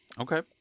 Okay